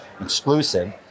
exclusive